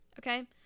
okay